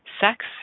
sex